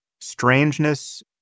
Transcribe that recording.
strangeness